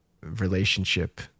relationship